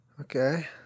Okay